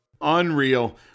Unreal